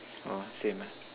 orh same ah